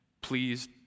Please